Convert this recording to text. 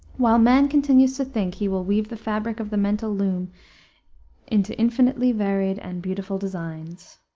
while man continues to think he will weave the fabric of the mental loom into infinitely varied and beautiful designs.